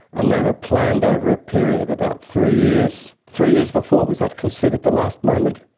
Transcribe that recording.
and they were planned over a period of about three years, three years before, was that considered the last moment?